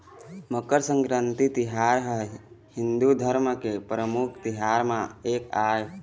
मकर संकरांति तिहार ह हिंदू धरम के परमुख तिहार म एक आय